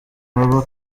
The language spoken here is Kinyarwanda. baba